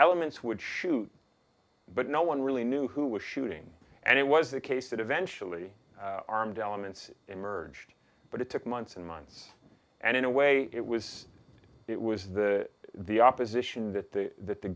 elements would shoot but no one really knew who was shooting and it was the case that eventually armed elements emerged but it took months and months and in a way it was it was the the opposition that the that the